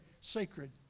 sacred